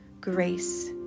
grace